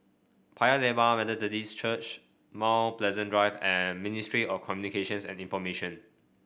Paya Lebar Methodist Church Mount Pleasant Drive and Ministry of Communications and Information